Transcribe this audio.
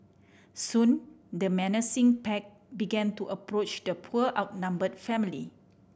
soon the menacing pack began to approach the poor outnumbered family